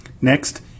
Next